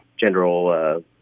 general